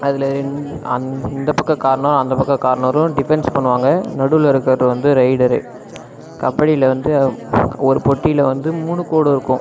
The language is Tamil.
அதில் ரெண் அந் இந்த பக்கம் கார்னரும் அந்த பக்கம் கார்னரும் டிஃபன்ஸ் பண்ணுவாங்க நடுவில் இருக்கிறவர் வந்து ரைடர் கபடியில் வந்து ஒரு பொட்டியில் வந்து மூணு கோடிருக்கும்